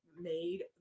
made